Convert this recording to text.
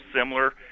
similar